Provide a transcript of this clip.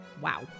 Wow